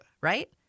right